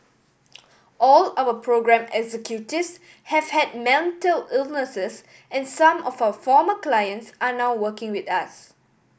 all our programme executives have had mental illnesses and some of our former clients are now working with us